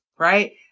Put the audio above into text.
right